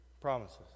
promises